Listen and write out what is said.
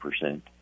percent